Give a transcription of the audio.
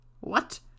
What